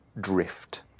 drift